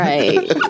Right